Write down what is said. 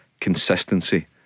consistency